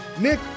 Nick